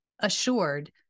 assured